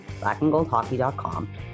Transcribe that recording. blackandgoldhockey.com